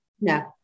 No